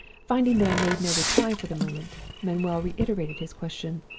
finding that i made no reply for the moment, manuel reiterated his question,